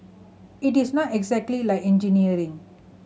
it is not exactly like engineering